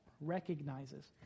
recognizes